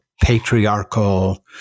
Patriarchal